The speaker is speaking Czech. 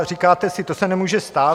Říkáte si, to se nemůže stát.